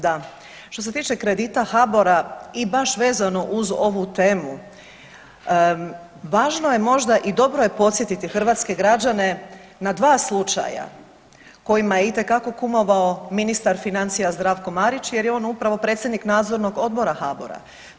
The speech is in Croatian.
Da, što se tiče kredita HBOR-a i baš vezano uz ovu temu važno je možda i dobro je podsjetiti hrvatske građane na dva slučaja kojima je itekako kumovao ministar financija Zdravko Marić jer je on upravo predsjednik nadzornog odbora HBOR-a.